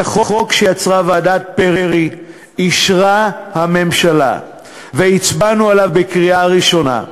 את החוק שיצרה ועדת פרי אישרה הממשלה והצבענו עליו בקריאה ראשונה.